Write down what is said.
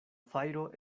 fajro